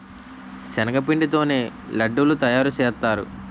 శనగపిండి తోనే లడ్డూలు తయారుసేత్తారు